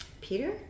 Peter